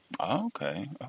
Okay